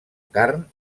carn